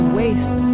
waste